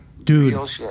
Dude